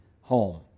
home